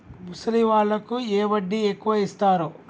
ముసలి వాళ్ళకు ఏ వడ్డీ ఎక్కువ ఇస్తారు?